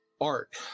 art